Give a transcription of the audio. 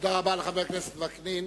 תודה רבה לחבר הכנסת וקנין.